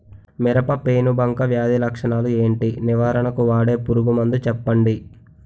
మిరప పెనుబంక వ్యాధి లక్షణాలు ఏంటి? నివారణకు వాడే పురుగు మందు చెప్పండీ?